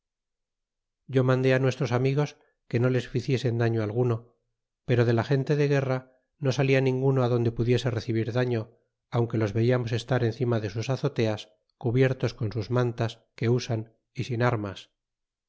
yo mandé á nuestros amigos que no les ticieses daño alguno pero de la gente de guerra no salía ninguno adonde pudiese r cibir daño aunque los velamos estar ei eima de sus azoteas cubiertos con sus mantas que usan y sin almas